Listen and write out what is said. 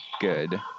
good